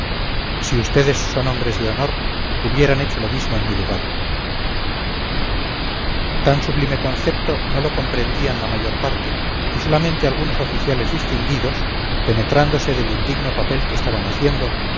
si ustedes son hombres de honor hubieran hecho lo mismo en mi lugar tan sublime concepto no lo comprendían la mayor parte y solamente algunos oficiales distinguidos penetrándose del indigno papel que estaban haciendo